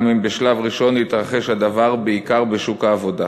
גם אם בשלב ראשון יתרחש הדבר בעיקר בשוק העבודה.